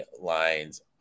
lines